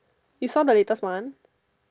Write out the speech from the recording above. you saw the latest one